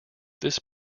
this